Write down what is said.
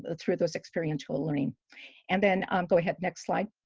ah through those experiential learning and then um go ahead next slide